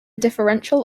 differential